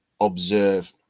observe